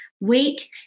wait